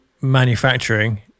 manufacturing